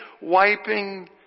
wiping